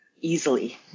easily